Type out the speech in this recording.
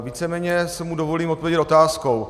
Víceméně si mu dovolím odpovědět otázkou.